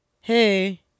hey